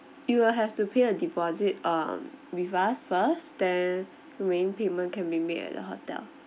you will have to pay a deposit um with us first then remaining payment can be made at the hotel